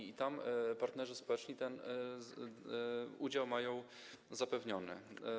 I tam partnerzy społeczni ten udział mają zapewniony.